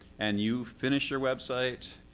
and you finish your website,